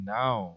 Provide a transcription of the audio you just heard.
now